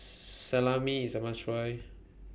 Salami IS A must Try